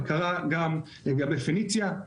וקרה גם לגבי פניציה,